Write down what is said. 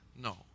No